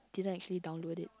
didn't actually download it